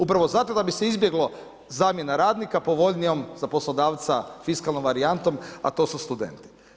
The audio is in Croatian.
Upravo zato da bi se izbjegla zamjena radnika povoljnijom za poslodavca fiskalnom varijantom, a to su studenti.